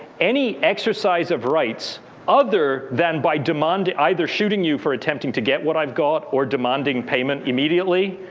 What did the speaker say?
any exercise of rights other than by demand, either shooting you for attempting to get what i've got or demanding payment immediately,